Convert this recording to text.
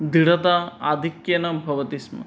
धृढता आधिक्येन भवति स्म